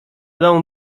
domu